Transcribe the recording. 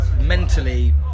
mentally